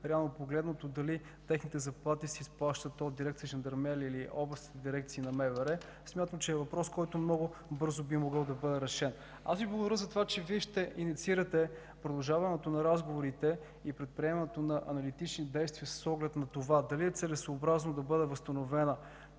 Реално погледнато дали техните заплати се изплащат от дирекция „Жандармерия” или от областните дирекции на МВР – смятам, че е въпрос, който много бързо би могъл да бъде решен. Аз Ви благодаря за това, че Вие ще инициирате продължаването на разговорите и предприемането на аналитични действия с оглед дали е целесъобразно да бъде възстановена